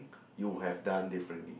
you would have done differently